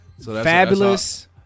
Fabulous